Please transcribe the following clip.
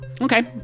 Okay